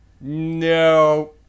no